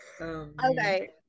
Okay